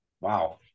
Wow